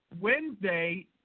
Wednesday